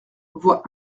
voix